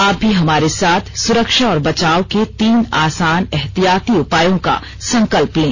आप भी हमारे साथ सुरक्षा और बचाव के तीन आसान एहतियाती उपायों का संकल्प लें